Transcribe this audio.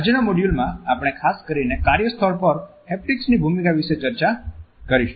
આજના મોડ્યુલમાં આપણે ખાસ કરીને કાર્યસ્થળ પર હેપ્ટિક્સ ની ભૂમિકા વિશે ચર્ચા કરીશું